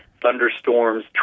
thunderstorms